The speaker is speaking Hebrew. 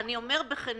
"אני אומר בכנות,